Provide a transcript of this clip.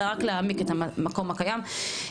אלא רק להעמיק את המקום הקיים.